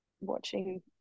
watching